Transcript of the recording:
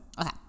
Okay